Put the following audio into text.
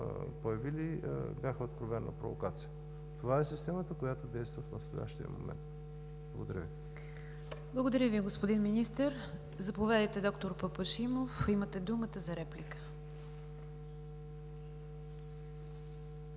появили, бяха откровена провокация. Това е системата, която действа в настоящия момент. Благодаря Ви. ПРЕДСЕДАТЕЛ НИГЯР ДЖАФЕР: Благодаря Ви, господин Министър. Заповядайте, д-р Папашимов – имате думата за реплика.